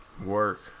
work